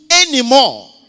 anymore